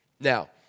Now